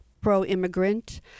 pro-immigrant